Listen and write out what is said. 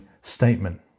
statement